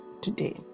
today